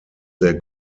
sehr